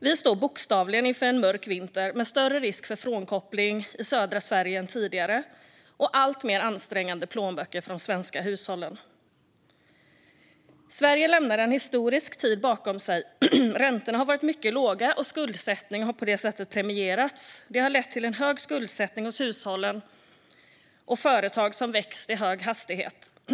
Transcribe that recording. Vi står inför en bokstavligen mörk vinter med större risk för frånkoppling i södra Sverige än tidigare och alltmer ansträngda plånböcker för de svenska hushållen. Sverige lämnar en historisk tid bakom sig. Räntorna har varit mycket låga, och skuldsättning har på det sättet premierats. Det har lett till hög skuldsättning hos hushållen och att företag växt i hög hastighet.